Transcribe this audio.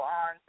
on